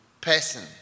person